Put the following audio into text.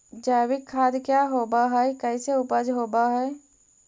जैविक खाद क्या होब हाय कैसे उपज हो ब्हाय?